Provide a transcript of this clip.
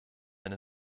wenn